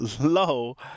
low